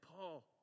Paul